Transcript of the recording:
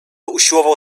usiłował